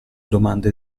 domande